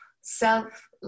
self